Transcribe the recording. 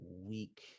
week